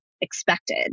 expected